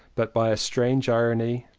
but by a strange irony,